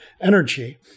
energy